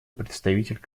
представитель